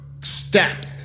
step